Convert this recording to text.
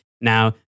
Now